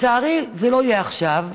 לצערי, זה לא יהיה עכשיו.